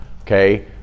okay